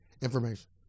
information